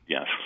Yes